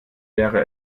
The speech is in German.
wäre